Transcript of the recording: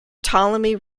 ptolemy